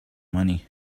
money